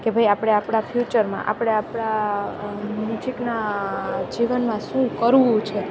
કે ભાઈ આપણે આપણા ફ્યુચરમાં આપણે આપણા નજીકના જીવનમાં શું કરવું છે